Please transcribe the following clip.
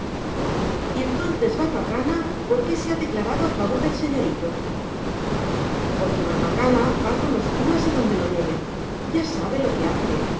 y entonces barbacana por qué se ha declarado a favor del señorito porque barbacana va con los curas a donde lo lleven ya sabe lo que hace